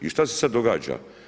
I šta se sad događa?